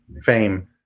fame